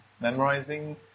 memorizing